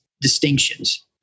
distinctions